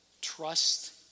trust